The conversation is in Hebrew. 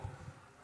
משרדו.